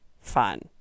fun